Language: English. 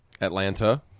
Atlanta